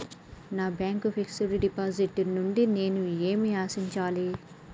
నా bank fixed deposit నుండి నేను ఏమి ఆశించాలి?